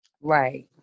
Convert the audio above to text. Right